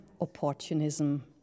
opportunism